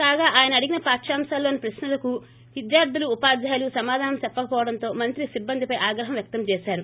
కాగా ఆయన అడిగిన పాఠ్యాంశాలలోని ప్రశ్సలకు విద్యార్థులు ఉపాధ్యాయులు సమాధానం చెప్పక పోవడంతో మంత్రి సిబ్బందిపై ఆగ్రహం వ్యక్తం చేశారు